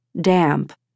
damp